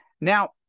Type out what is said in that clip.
Now